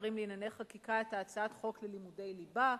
שרים לענייני חקיקה את הצעת החוק ללימודי ליבה.